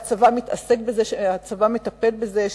והצבא מטפל בזה,